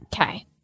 okay